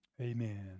amen